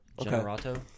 Generato